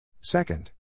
Second